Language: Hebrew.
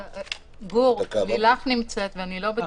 גור, לילך נמצאת ואני לא בטוחה,